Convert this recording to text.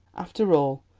after all,